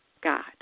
God